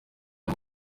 aya